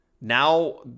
now